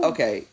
Okay